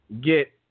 get